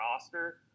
roster